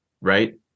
Right